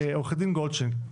גולדשטיין,